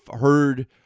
heard